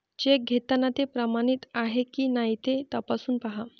check घेताना ते प्रमाणित आहे की नाही ते तपासून पाहा